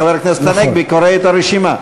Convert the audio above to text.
חבר הכנסת הנגבי קורא את הרשימה.